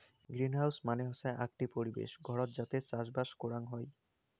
greenhouse মানে হসে আকটি পরিবেশ ঘরত যাতে চাষবাস করাং হই